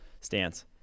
stance